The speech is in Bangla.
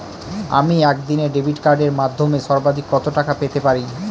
আমি একদিনে ডেবিট কার্ডের মাধ্যমে সর্বাধিক কত টাকা পেতে পারি?